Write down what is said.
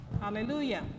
Hallelujah